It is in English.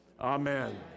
amen